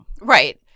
Right